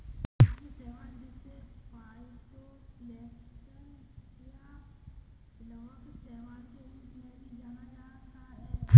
सूक्ष्म शैवाल जिसे फाइटोप्लैंक्टन या प्लवक शैवाल के रूप में भी जाना जाता है